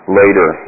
later